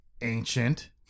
ancient